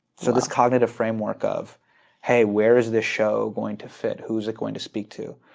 so this cognitive framework of hey, where is the show going to fit? who is it going to speak to?